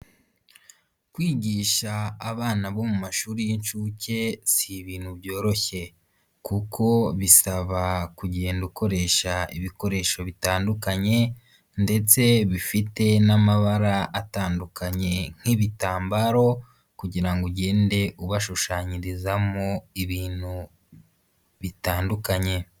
Kwigisha abana bo mu mashuri y'inshuke, si ibintu byoroshye kuko bisaba kugenda ukoresha ibikoresho bitandukanye ndetse bifite n'amabara atandukanye nk'ibitambaro kugira ngo ugende ubashushanyirizamo ibintu bitandukanye.